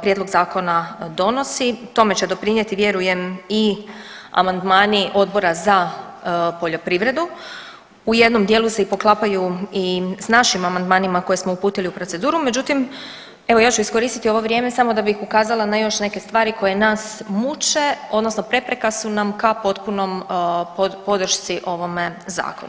prijedlog zakona donosi, tome će doprinjeti vjerujem i amandmani Odbora za poljoprivredu, u jednom dijelu se i poklapaju i s našim amandmanima koje smo uputili u proceduru, međutim evo ja ću iskoristiti ovo vrijeme samo da bih ukazala na još neke stvari koje nas muče odnosno prepreka su nam ka potpunom podršci ovome zakonu.